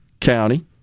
county